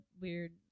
weird